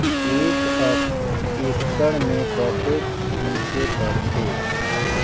एक एकड़ मे कतेक छीचे पड़थे?